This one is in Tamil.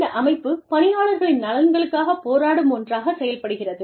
இந்த அமைப்பு பணியாளர்களின் நலன்களுக்காகப் போராடும் ஒன்றாகச் செயல்படுகிறது